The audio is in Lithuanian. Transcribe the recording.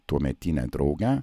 tuometinė draugė